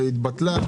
והתבטלה,